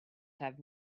have